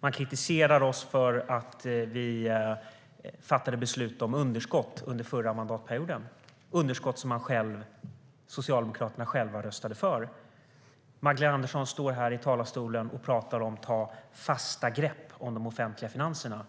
Man kritiserar oss för att vi fattade beslut om underskott under förra mandatperioden - underskott som Socialdemokraterna själva röstade för. Magdalena Andersson talar om att koppla ett fast grepp om de offentliga finanserna,